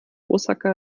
osaka